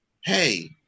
hey